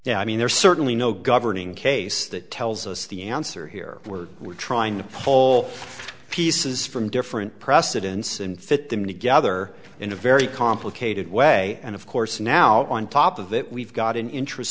now i mean there's certainly no governing case that tells us the answer here we're we're trying to poll pieces from different precedence and fit them together in a very complicated way and of course now on top of that we've got an interest